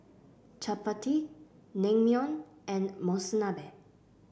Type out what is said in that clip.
Chapati Naengmyeon and Monsunabe